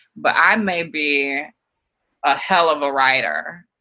but i may be a hell of a writer.